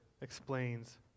explains